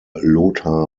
lothar